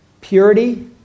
purity